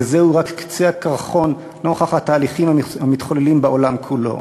וזהו רק קצה הקרחון נוכח התהליכים המתחוללים בעולם כולו.